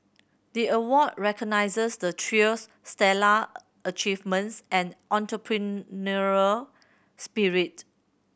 the award recognises the trio's stellar achievements and entrepreneurial spirit